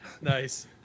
Nice